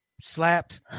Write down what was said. slapped